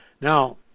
now